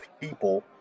people